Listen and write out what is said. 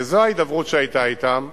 וזאת ההידברות שהיתה אתם,